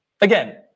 again